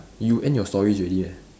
you end your stories already meh